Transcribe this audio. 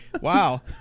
Wow